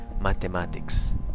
mathematics